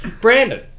Brandon